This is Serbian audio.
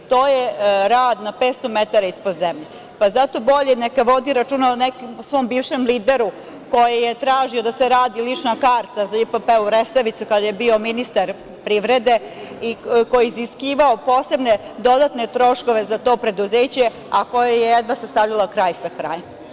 To je rad na 500 metara ispod zemlje, pa zato bolje neka vodi računa o svom bivšem lideru koji je tražio da se radi lična karta za JP PEU Resavicu, kada je bio ministar privrede, koji je iziskivao posebne dodatne troškove za to preduzeće, a koje je jedva sastavljalo kraj sa krajem.